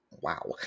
wow